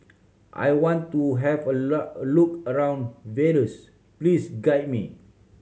I want to have a look around Vaduz please guide me